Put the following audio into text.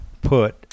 put